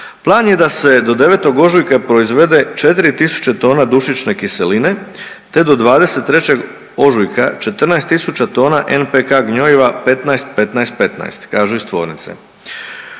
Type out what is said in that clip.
plan je da se do 9. ožujka proizvede 4 tisuće tona dušične kiseline, te do 23. ožujka 14 tisuća tona NPK gnojiva 15-15-15 kažu iz tvornice.